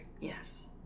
Yes